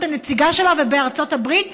הנציגה שלה ובארצות הברית ובאירלנד: